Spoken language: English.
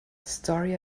story